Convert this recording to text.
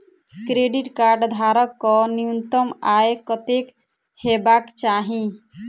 Credit card धारक कऽ न्यूनतम आय कत्तेक हेबाक चाहि?